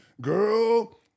girl